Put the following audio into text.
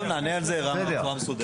נענה על זה, רם, בצורה מסודרת.